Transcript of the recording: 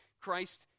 Christ